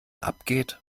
abgeht